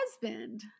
husband